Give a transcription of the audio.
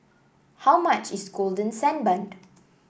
how much is Golden Sand Bun